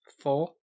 four